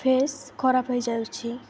face ଖରାପ ହେଇଯାଉଛି